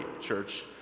church